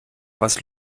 was